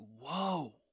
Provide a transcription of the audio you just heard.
whoa